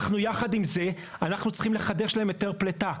יחד עם זאת אנחנו צריכים לחדש להם היתר פליטה.